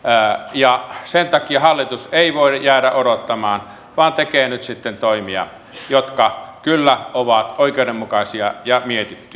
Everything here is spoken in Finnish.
ja sen takia hallitus ei voi jäädä odottamaan vaan tekee nyt sitten toimia jotka kyllä ovat oikeudenmukaisia ja mietittyjä